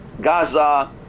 Gaza